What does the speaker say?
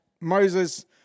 Moses